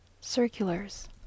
Circulars